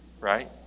right